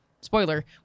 spoiler